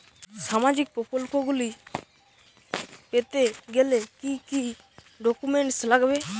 সামাজিক প্রকল্পগুলি পেতে গেলে কি কি ডকুমেন্টস লাগবে?